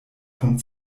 vom